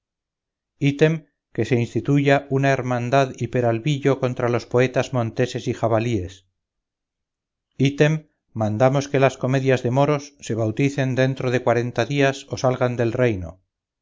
item que se instituya una hermandad y peralvillo contra los poetas monteses y jabalíes item mandamos que las comedias de moros se bauticen dentro de cuarenta días o salgan del reino